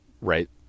right